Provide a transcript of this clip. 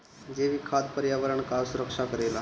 जैविक खाद पर्यावरण कअ सुरक्षा करेला